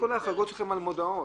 כל ההחרגות שלכם הן על מודעות.